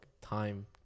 time